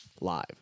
live